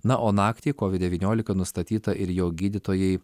na o naktį kovid devyniolika nustatyta ir jo gydytojai